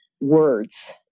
words